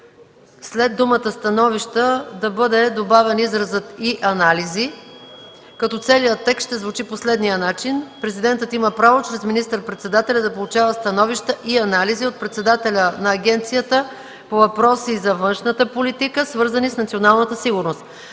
след думата „становища” да бъде добавен изразът „и анализи”, като целият текст ще звучи по следния начин: „Президентът има право чрез министър-председателя да получава становища и анализи от председателя на агенцията по въпроси за външната политика, свързани с националната сигурност.”